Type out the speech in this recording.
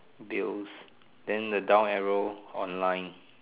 bills then the down arrow online